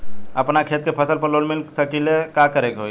अपना खेत के फसल पर लोन मिल सकीएला का करे के होई?